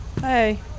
Hey